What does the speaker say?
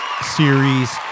Series